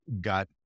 got